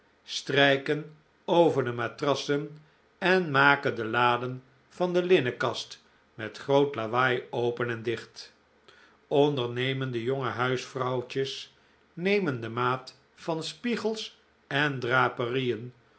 strijken over de matrassen en maken de laden van de linnenkast met groot lawaai open en dicht ondernemende jonge huisvrouwtjes nemen de maat van spiegels en